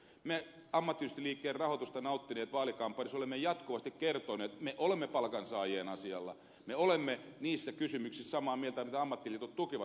me ammattiyhdistysliikkeen rahoitusta vaalikampanjassa nauttineet olemme jatkuvasti kertoneet että me olemme palkansaajien asialla me olemme niissä kysymyksissä samaa mieltä mitä ammattiliitot tukevat